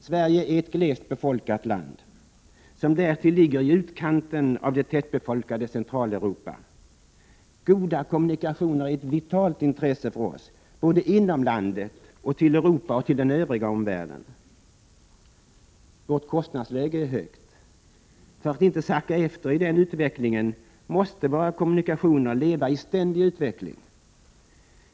Sverige är ett glest befolkat land, som därtill ligger i utkanten av det tätbefolkade Centraleuropa. Goda kommunikationer är av vitalt intresse för oss, både inom landet och med Europa och med den övriga omvärlden. Vårt kostnadsläge är högt. För att inte sacka efter i utvecklingen måste våra kommunikationer vara i ständig utveckling.